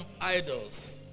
idols